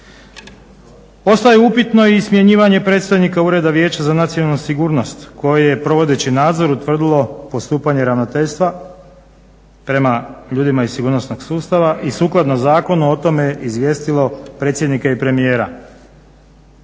Ostaje upitno i smjenjivanje predstojnika Ureda vijeća za nacionalnu sigurnost koji je provodeći nadzor utvrdilo postupanje ravnateljstva prema ljudima iz sigurnosnog sustava i sukladno zakonu o tome izvijestilo predsjednika i premijera.